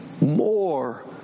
More